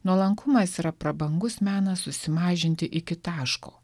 nuolankumas yra prabangus menas susimažinti iki taško